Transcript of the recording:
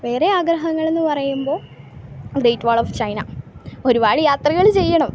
വേറെ ആഗ്രഹങ്ങളെന്ന് പറയുമ്പോൾ ഗ്രേറ്റ് വാൾ ഓഫ് ചൈന ഒരുപാട് യാത്രകൾ ചെയ്യണം